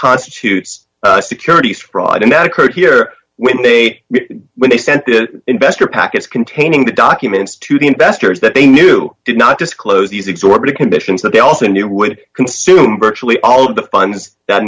constitutes securities fraud and that occurred here when they when they sent investor packets containing the documents to the investors that they knew did not disclose these exorbitant conditions that they also knew would consume virtually all of the funds that